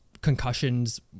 concussions